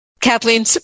Kathleen